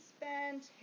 spent